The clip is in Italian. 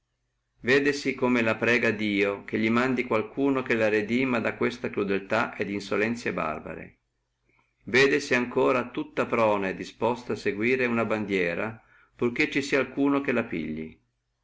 vedesi come la prega dio che le mandi qualcuno che la redima da queste crudeltà et insolenzie barbare vedesi ancora tutta pronta e disposta a seguire una bandiera pur che ci sia uno che la pigli